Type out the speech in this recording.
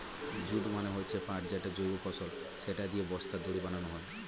jute মানে হচ্ছে পাট যেটা জৈব ফসল, সেটা দিয়ে বস্তা, দড়ি বানানো হয়